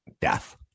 death